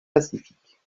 pacifique